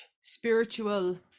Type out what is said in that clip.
spiritual